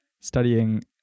studying